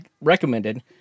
recommended